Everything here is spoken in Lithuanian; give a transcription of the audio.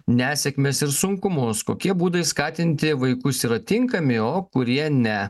nesėkmes ir sunkumus kokie būdai skatinti vaikus yra tinkami o kurie ne